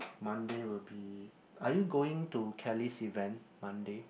Monday will be are you going to Kelly's event Monday